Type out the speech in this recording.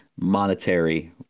monetary